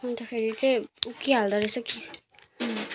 अन्तखेरि चाहिँ उप्किहाल्दो रहेछ